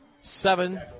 seven